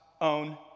own